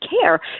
care